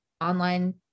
online